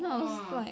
!wah!